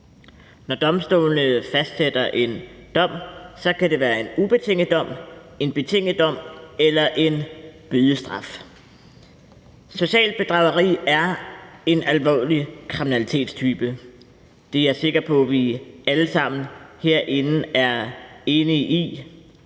Når domstolene fastsætter en dom, kan det være en ubetinget dom, en betinget dom eller en bødestraf. Socialt bedrageri er en alvorlig kriminalitetstype – det er jeg sikker på vi alle sammen herinde er enige om